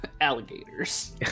alligators